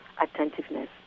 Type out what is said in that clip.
attentiveness